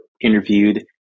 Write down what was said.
interviewed